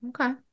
Okay